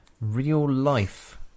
real-life